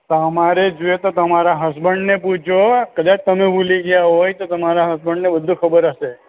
તમારે જોઇએ તો તમારા હસબંડને પૂછજો કદાચ તમે ભૂલી ગયાં હોય તો તમારા હસબન્ડને બધું ખબર હશે